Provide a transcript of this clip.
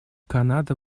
канада